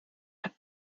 hat